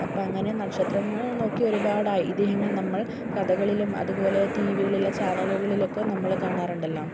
അപ്പം അങ്ങനെ നക്ഷത്രങ്ങൾ നോക്കി ഒരുപാട് ആയി ഐതിഹ്യങ്ങൾ കഥകളിലും അതുപോലെ ടി വികളിലെ ചാനലുകളിലൊക്കെ നമ്മൾ കാണാറുണ്ടല്ലോ